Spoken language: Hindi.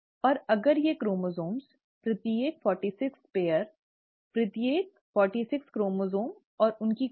अब अगर ये क्रोमोसोम प्रत्येक 46 जोड़ी प्रत्येक 46 क्रोमोसोम और उसकी प्रति